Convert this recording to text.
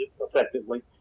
effectively